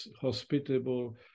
hospitable